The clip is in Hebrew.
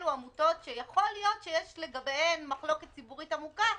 אלה עמותות שיכול להיות שיש לגביהן מחלוקת ציבורית עמוקה,